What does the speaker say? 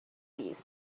these